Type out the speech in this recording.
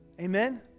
Amen